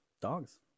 Dogs